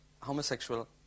homosexual